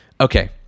Okay